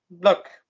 look